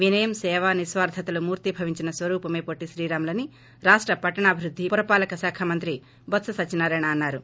వినయం సేవ నిస్వార్ధతలు మూర్తీభవించిన స్వరూపమే పొట్టి శ్రీరాములని రాష్ట పట్టడాభివృద్ది పురపాలక శాఖామంత్రి బొత్స సత్యనారాయణ అన్నారు